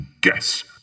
guess